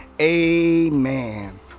amen